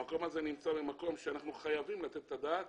המקום הזה נמצא במקום שאנחנו חייבים לתת את הדעת